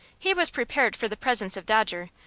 he was prepared for the presence of dodger,